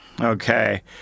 Okay